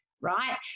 right